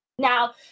Now